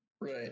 Right